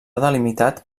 delimitat